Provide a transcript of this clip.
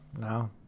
no